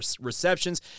receptions